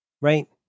Right